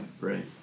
right